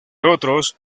otros